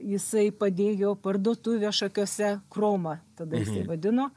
jisai padėjo parduotuvę šakiuose kroma tada jisai vadino